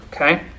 Okay